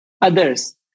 others